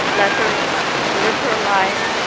let her live her life.